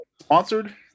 sponsored